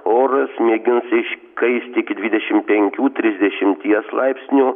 oras mėgins iškaisti iki dvidešimt penkių trisdešimties laipsnių